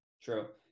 True